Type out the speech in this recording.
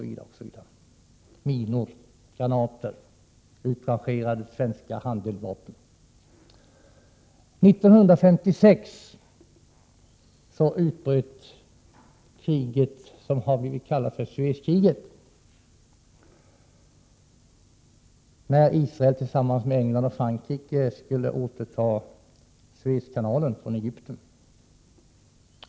Vi sålde minor, granater, utrangerade svenska handeldvapen osv., osv. År 1956 utbröt kriget som har blivit kallat för Suezkriget, när Israel tillsammans med England och Frankrike skulle återta Suezkanalen från Egypten.